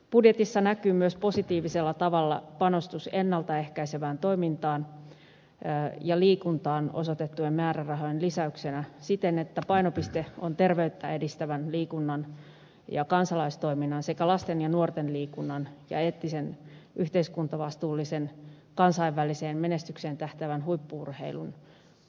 budjetissa näkyy myös positiivisella tavalla panostus ennalta ehkäisevään toimintaan ja liikuntaan osoitettujen määrärahojen lisäyksenä siten että painopiste on terveyttä edistävän liikunnan ja kansalaistoiminnan sekä lasten ja nuorten liikunnan ja eettisen yhteiskuntavastuullisen kansainväliseen menestykseen tähtäävän huippu urheilun osalla